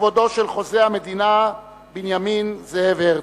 לכבודו של חוזה המדינה בנימין זאב הרצל.